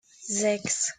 sechs